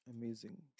Amazing